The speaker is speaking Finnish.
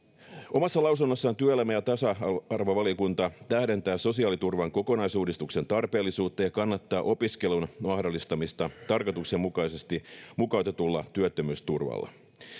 omassa lausunnossaan työelämä ja tasa arvovaliokunta tähdentää sosiaaliturvan kokonaisuudistuksen tarpeellisuutta ja kannattaa opiskelun mahdollistamista tarkoituksenmukaisesti mukautetulla työttömyysturvalla